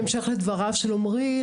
בהמשך לדבריו של עומרי,